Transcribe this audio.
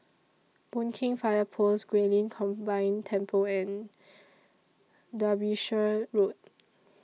Boon Keng Fire Post Guilin Combined Temple and Derbyshire Road